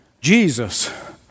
Jesus